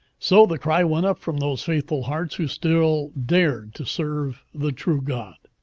so the cry went up from those faithful hearts who still dared to serve the true god.